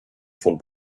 von